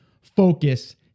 focus